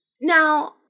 now